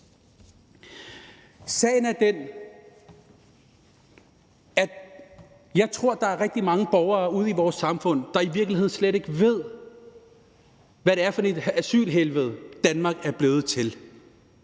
Sagen er den, at jeg tror, at der er rigtig mange borgere ude i vores samfund, der i virkeligheden slet ikke ved, hvad det er for et asylhelvede, Danmark er blevet til.